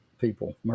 people